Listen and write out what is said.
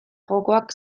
jokoak